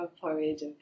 porridge